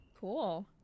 cool